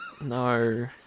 No